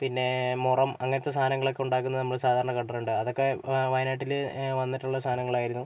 പിന്നെ മുറം അങ്ങനത്തെ സാധനങ്ങളൊക്കെ ഉണ്ടാക്കുന്നത് നമ്മൾ സാധാരണ കണ്ടിട്ടുണ്ട് അതൊക്കെ വയനാട്ടിൽ വന്നിട്ടുള്ള സാധനങ്ങളായിരുന്നു